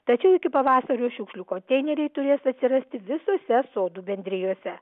tačiau iki pavasario šiukšlių konteineriai turės atsirasti visose sodų bendrijose